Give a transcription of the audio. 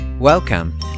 Welcome